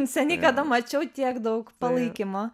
seniai kada mačiau tiek daug palaikymo